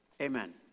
amen